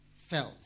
felt